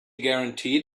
guarantee